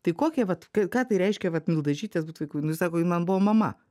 tai kokie vat ką tai reiškia vat mildažytės būt vaiku nu jis sako ji man buvo mama